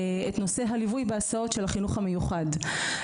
נושא הליווי בהסעות של החינוך המיוחד.